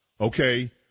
Okay